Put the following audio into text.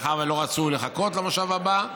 מאחר שלא רצו לחכות למושב הבא.